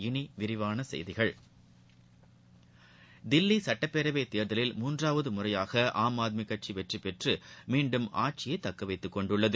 இனி விரிவான செய்திகள் தில்லி சட்டப்பேரவைத் தேர்தலில் மூன்றாவது முறைபாக ஆம் ஆத்மி கட்சி வெற்றி பெற்று மீண்டும் ஆட்சியை தக்க வைத்துக் கொண்டுள்ளது